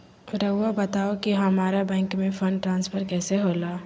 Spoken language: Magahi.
राउआ बताओ कि हामारा बैंक से फंड ट्रांसफर कैसे होला?